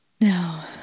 No